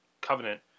Covenant